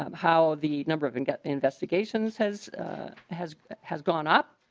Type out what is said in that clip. um how the number of and get investigations has has has gone up.